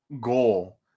goal